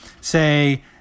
say